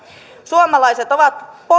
suomalaiset ovat